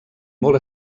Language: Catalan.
molt